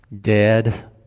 dead